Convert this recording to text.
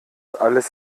alles